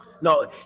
No